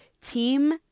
Team